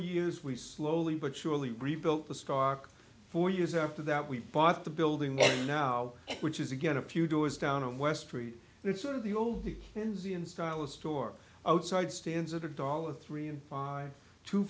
years we slowly but surely rebuilt the stock four years after that we bought the building now which is again a few doors down on west street and it's sort of the old the indian style a store outside stands at a dollar three and five two